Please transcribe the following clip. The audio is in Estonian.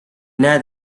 näed